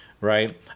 right